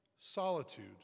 solitude